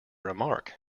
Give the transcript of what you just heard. remark